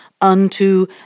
unto